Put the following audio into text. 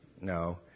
no